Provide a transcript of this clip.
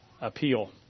appeal